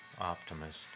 optimist